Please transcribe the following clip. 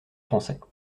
français